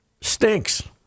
stinks